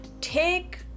take